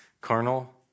Carnal